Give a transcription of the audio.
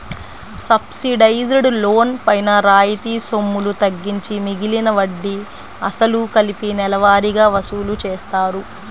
subsidised loan పైన రాయితీ సొమ్ములు తగ్గించి మిగిలిన వడ్డీ, అసలు కలిపి నెలవారీగా వసూలు చేస్తారు